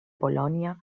polònia